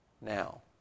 now